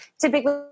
typically